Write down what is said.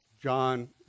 John